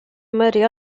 maría